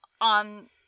on